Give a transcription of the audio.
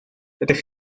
ydych